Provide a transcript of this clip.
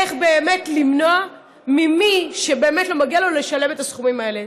איך באמת למנוע ממי שבאמת לא מגיע לו לשלם את הסכומים האלה.